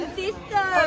sister